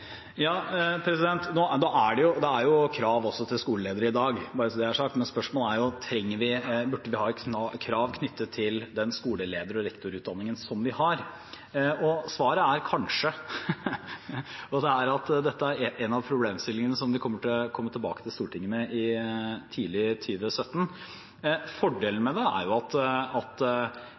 Ja, det er krav til skoleledere i dag, bare så det er sagt. Men spørsmålet er: Burde vi ha krav knyttet til den skoleleder- og rektorutdanningen som vi har? Svaret er «kanskje». Dette er en av problemstillingene vi kommer tilbake til Stortinget med tidlig i 2017. Utgangspunktet for denne regjeringen og dette flertallet er at kompetanse nær sagt alltid er en god idé, at påfyll av kompetanse nær sagt alltid er en god idé. Samtidig pågår det